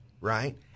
right